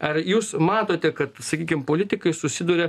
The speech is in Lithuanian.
ar jūs matote kad sakykim politikai susiduria